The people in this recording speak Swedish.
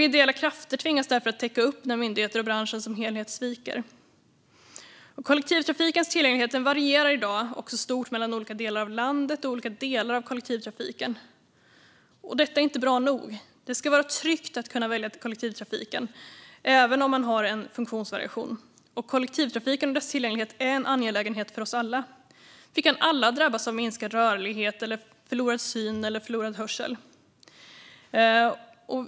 Ideella krafter tvingas därför att täcka upp när myndigheter och branschen som helhet sviker. Kollektivtrafikens tillgänglighet varierar i dag stort mellan olika delar av landet och mellan olika delar av kollektivtrafiken. Detta är inte bra nog. Det ska vara tryggt att välja kollektivtrafiken, även om man har en funktionsvariation. Kollektivtrafiken och dess tillgänglighet är en angelägenhet för oss alla. Vi kan alla drabbas av minskad rörlighet, förlorad syn eller förlorad hörsel.